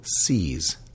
sees